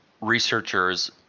researchers